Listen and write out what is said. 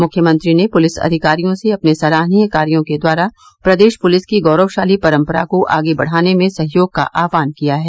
मुख्यमंत्री ने पुलिस अधिकारियों से अपने सराहनीय कार्यो के द्वारा प्रदेश पूलिस की गौरवशाली परम्परा को आगे बढ़ाने में सहयोग का आहवान किया है